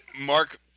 Mark